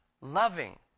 loving